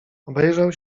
obejrzał